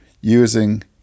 using